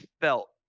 felt